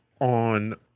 on